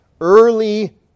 early